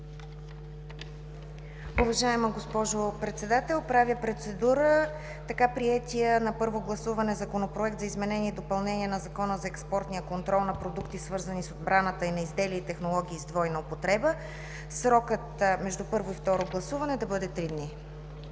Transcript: Уважаема госпожо Председател, правя процедура за така приетия на първо гласуване Законопроект за изменение и допълнение на Закона за експортния контрол на продукти, свързани с отбраната, и на изделия и технологии с двойна употреба срокът между първо и второ гласуване да бъде три дни.